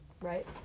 right